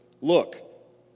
Look